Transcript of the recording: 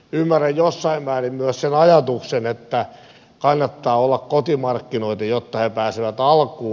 ymmärrän jossain määrin myös sen ajatuksen että kannattaa olla kotimarkkinoita jotta he pääsevät alkuun